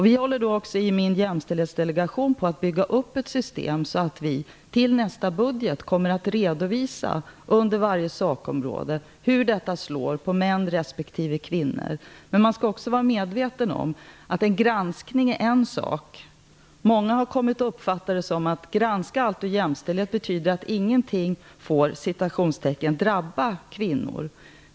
I min jämställdhetsdelegation håller vi också på att bygga upp ett system, så att vi till nästa budget kommer att kunna redovisa hur förslagen på varje sakområde påverkar män respektive kvinnor. Men granskning är bara en sak, det bör man vara medveten om. Många har kommit att uppfatta det som att en granskning av allt utifrån ett jämställdhetsperspektiv innebär att ingenting får "drabba" kvinnor.